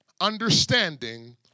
understanding